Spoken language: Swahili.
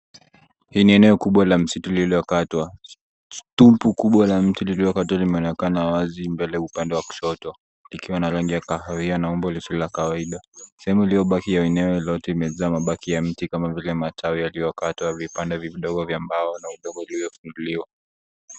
Hii ni eneo kubwa la msitu lililokatwa. Stumpu kubwa la mtu lililokatwa linaonekana wazi mbele upande wa kushoto ikiwa na rangi ya kahawia na umbo lisilo la kawaida. Sehemu iliyobakia eneo lote limejaa mabaki ya mti kama vile matawi yaliyokatwa, vipande vidogo vya mbao na udongo uliofunguliwa.